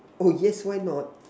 oh yes why not